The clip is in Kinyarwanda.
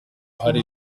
uruhare